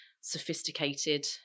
sophisticated